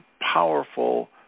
powerful